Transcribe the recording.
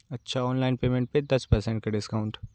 अच्छा online payment पे दस परसेंट के डिस्काउंट